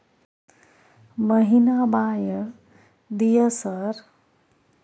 महीना बाय दिय सर?